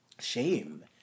shame